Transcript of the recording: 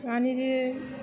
मानि बे